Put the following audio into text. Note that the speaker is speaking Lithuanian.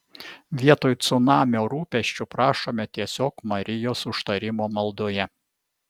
vietoj cunamio rūpesčių prašome tiesiog marijos užtarimo maldoje